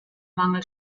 mangel